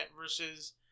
versus